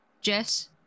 Jess